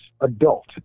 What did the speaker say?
adult